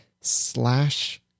slash